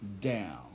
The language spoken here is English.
down